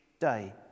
day